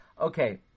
Okay